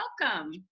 Welcome